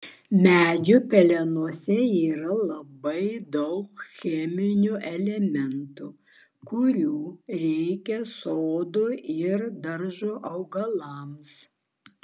medžių pelenuose yra labai daug cheminių elementų kurių reikia sodo ir daržo augalams